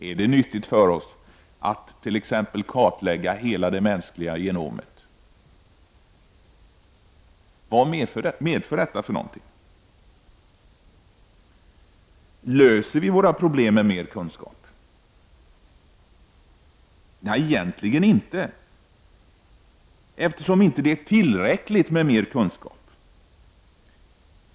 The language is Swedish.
Är det nyttigt för oss att t.ex. kartlägga hela det mänskliga genomet, och vad medför detta? Löser vi våra problem med mer kunskap? Nej, egentligen inte, eftersom det inte är tillräckligt med mer kunskap.